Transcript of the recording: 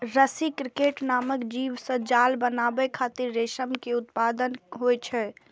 रसी क्रिकेट नामक जीव सं जाल बनाबै खातिर रेशम के उत्पादन होइ छै